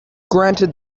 granted